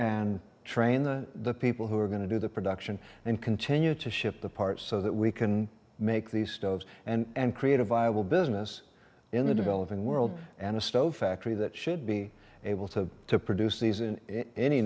and train the people who are going to do the production and continue to ship the parts so that we can make these stoves and create a viable business in the developing world and a stove factory that should be able to to produce these in any